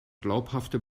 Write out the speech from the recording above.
glaubhafte